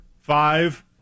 five